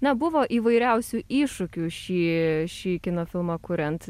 na buvo įvairiausių iššūkių šį šį kino filmą kuriant